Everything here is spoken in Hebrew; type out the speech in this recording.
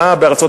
תודה.